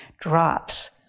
drops